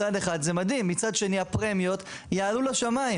מצד אחד זה מדהים, מצד שני הפרמיות יעלו לשמיים.